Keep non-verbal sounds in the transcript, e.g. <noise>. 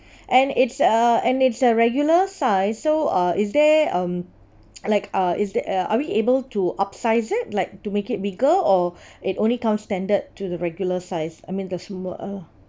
and it's uh and it's uh regular size so uh is there um <noise> like ah is there uh are we able to upsize it like to make it bigger or it only comes standard to the regular size I mean the sma~ uh